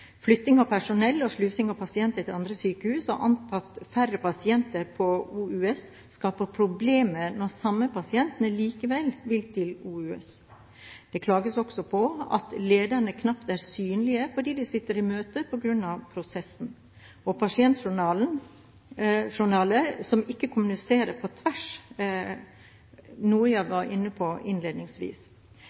Flytting av personell, slusing av pasienter til andre sykehus og antatt færre pasienter på OUS skaper problemer når de samme pasienter likevel vil til OUS. Det klages på at lederne knapt er synlige, fordi de sitter i møte på grunn av prosessen, og på pasientjournaler som ikke kommuniseres på tvers, noe jeg var inne på innledningsvis.